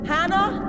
Hannah